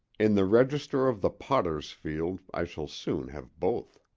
in the register of the potter's field i shall soon have both.